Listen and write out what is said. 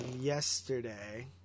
yesterday